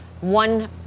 one